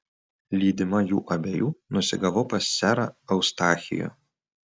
lydima jų abiejų nusigavau pas serą eustachijų